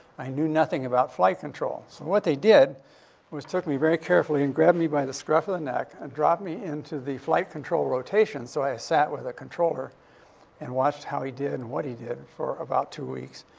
i knew nothing about flight control. so what they did was took me very carefully and grabbed me by the scruff of the neck and dropped me into the flight control rotation. so i sat with a controller and watched how he did and what he did for about two weeks.